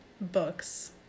books